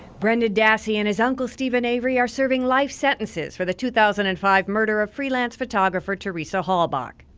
brendan dassey and his uncle steven avery are serving life sentences for the two thousand and five murder of freelance photographer teresa halbach.